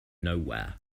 nowhere